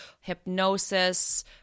hypnosis